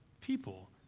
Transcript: people